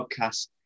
podcast